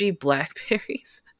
Blackberries